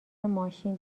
ماشین